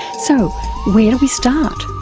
so where do we start?